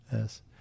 Yes